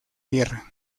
tierra